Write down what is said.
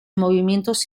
movimientos